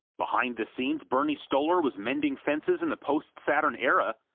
behind the scenes, bernie stolar was mending fences in the post-saturn era,